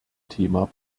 thema